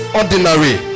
ordinary